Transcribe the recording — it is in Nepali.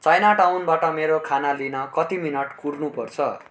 चाइना टाउनबाट मेरो खाना लिन कति मिनट कुर्नु पर्छ